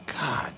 God